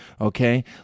Okay